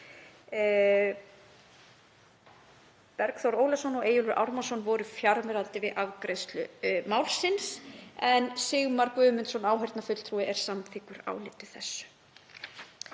Bergþór Ólason og Eyjólfur Ármannsson voru fjarverandi við afgreiðslu málsins en Sigmar Guðmundsson áheyrnarfulltrúi er samþykkur áliti þessu.